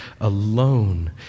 alone